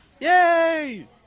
Yay